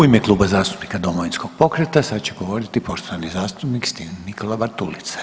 U ime Kluba zastupnika Domovinskog pokreta sad će govoriti poštovani zastupnik Stephen Nikola Bartulica.